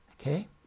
Okay